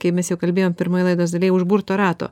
kai mes jau kalbėjom pirmoje laidos dalyje užburto rato